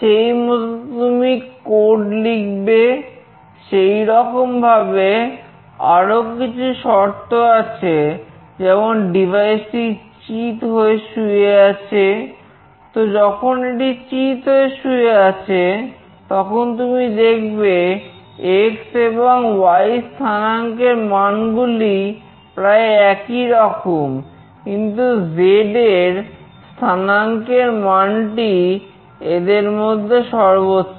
সেইমতো তুমি কোড টি চিৎ হয়ে শুয়ে আছে তো যখন এটি চিৎ হয়ে শুয়ে আছে তখন তুমি দেখবে x এবং y স্থানাঙ্কের মানগুলি প্রায় একই রকম কিন্তু z এর স্থানাঙ্কের মানটি এদের মধ্যে সর্বোচ্চ